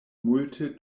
multe